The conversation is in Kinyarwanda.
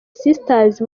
sisters